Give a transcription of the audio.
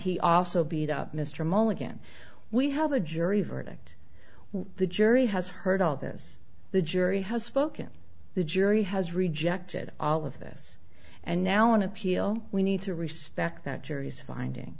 he also beat up mr maule again we have a jury verdict we the jury has heard all this the jury has spoken the jury has rejected all of this and now on appeal we need to respect that jury's finding